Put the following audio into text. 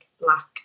black